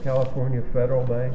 california federal b